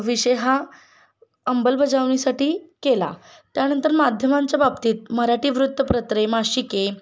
विषय हा अंमलबजावणीसाठी केला त्यानंतर माध्यमांच्या बाबतीत मराठी वृत्तपत्रे मासिके